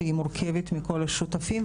שהיא מורכבת מכל השותפים,